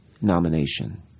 nomination